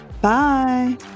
Bye